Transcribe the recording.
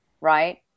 right